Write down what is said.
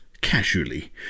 casually